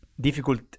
difficult